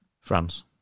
France